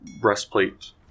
breastplate